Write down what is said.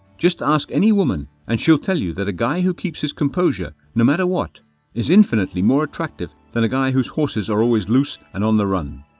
just ask any woman and she'll tell you that a guy who keeps his composure no matter what is infinitely more attractive than a guy whose horses are always loose and on the run.